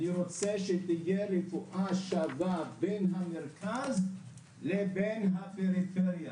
אני רוצה שתהיה רפואה שווה בין המרכז לבין הפריפריה,